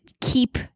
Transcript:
keep